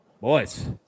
boys